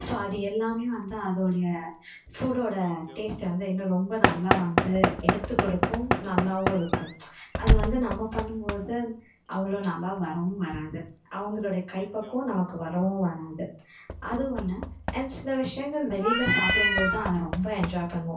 so அது எல்லாம் வந்து அதோடைய ஃபுட்டோடய டேஸ்ட்டை வந்து இன்னும் ரொம்ப நல்லா வந்து எடுத்துக்கொடுக்கும் நல்லாவும் இருக்கும் அதுவந்து நம்ம பண்ணும் போது அவ்வளோ நல்லா வரவும் வராது அவங்களோட கைப் பக்குவம் நமக்கு வரவும் வராது அது ஒன்று அது சில விஷயங்கள் வெளியில் சாப்பிடும் போது தான் அது ரொம்ப என்ஜாய் பண்ணுவோம்